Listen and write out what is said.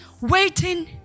waiting